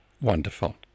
Wonderful